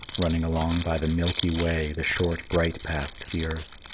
running along by the milky way, the short, bright path to the earth.